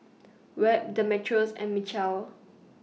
Webb Demetrios and Mechelle